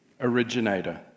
originator